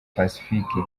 pacifique